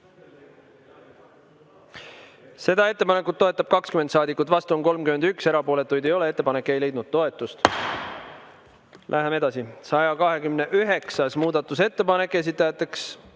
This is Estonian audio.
Seda ettepanekut toetab 20 saadikut, vastu on 31, erapooletuid ei ole. Ettepanek ei leidnud toetust. Lähme edasi. 129. muudatusettepanek, esitajad ...